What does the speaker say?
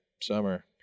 summer